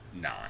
nine